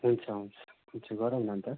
हुन्छ हुन्छ पछि गरौँ न अन्त